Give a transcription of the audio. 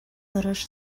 тырыш